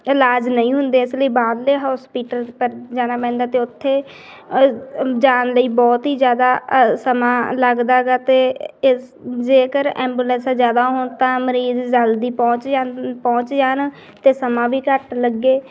ਇਲਾਜ ਨਹੀਂ ਹੁੰਦੇ ਇਸ ਲਈ ਬਾਹਰਲੇ ਹੋਸਪੀਟਲ ਪਰ ਜਾਣਾ ਪੈਂਦਾ ਅਤੇ ਉੱਥੇ ਜਾਣ ਲਈ ਬਹੁਤ ਹੀ ਜ਼ਿਆਦਾ ਸਮਾਂ ਲੱਗਦਾ ਹੈਗਾ ਅਤੇ ਇਸ ਜੇਕਰ ਐਬੂਲੈਂਸਾਂ ਜ਼ਿਆਦਾ ਹੋਣ ਤਾਂ ਮਰੀਜ਼ ਜਲਦੀ ਪਹੁੰਚ ਜਾਣ ਪਹੁੰਚ ਜਾਣ ਅਤੇ ਸਮਾਂ ਵੀ ਘੱਟ ਲੱਗੇ